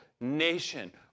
nation